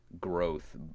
growth